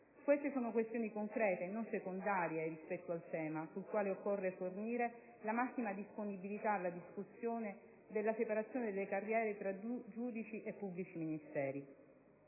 Queste sono questioni concrete e non secondarie rispetto al tema, sul quale occorre fornire la massima disponibilità alla discussione, della separazione delle carriere tra giudici e pubblici ministeri.